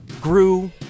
grew